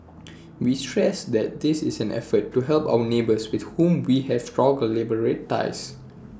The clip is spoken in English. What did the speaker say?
we stress that this is an effort to help our neighbours with whom we have strong bilateral ties